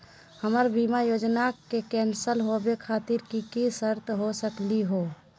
हमर बीमा योजना के कैन्सल होवे खातिर कि कि शर्त हो सकली हो?